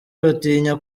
batinya